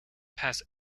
pass